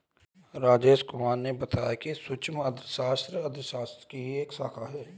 राजेश कुमार ने बताया कि सूक्ष्म अर्थशास्त्र अर्थशास्त्र की ही एक शाखा है